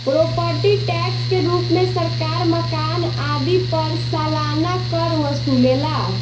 property tax के रूप में सरकार मकान आदि पर सालाना कर वसुलेला